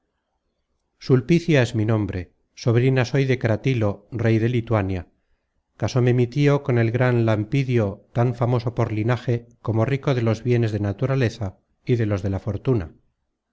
sulpicia es mi nombre sobrina soy de cratilo rey de lituania casóme mi tio con el gran lampidio tan famoso por linaje como rico de los bienes de naturaleza y de los de la fortuna